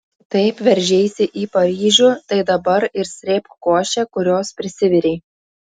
taip veržeisi į paryžių tai dabar ir srėbk košę kurios prisivirei